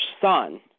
son